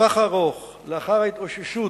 בטווח הארוך, לאחר ההתאוששות